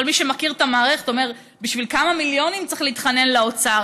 כל מי שמכיר את המערכת אומר: בשביל כמה מיליונים צריך להתחנן לאוצר,